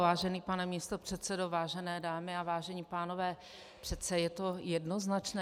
Vážený pane místopředsedo, vážené dámy, vážení pánové, přece je to jednoznačné.